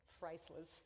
priceless